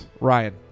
Ryan